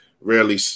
rarely